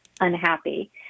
unhappy